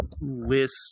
list